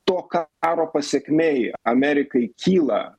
to ką karo pasekmėj amerikai kyla